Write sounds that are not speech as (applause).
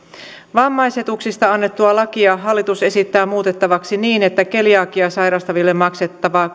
vammaisetuuksista annettua lakia hallitus esittää muutettavaksi niin että keliakiaa sairastaville maksettava (unintelligible)